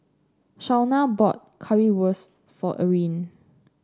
Shawna bought Currywurst for Eryn